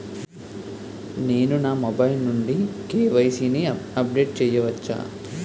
నేను నా మొబైల్ నుండి కే.వై.సీ ని అప్డేట్ చేయవచ్చా?